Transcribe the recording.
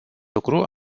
lucru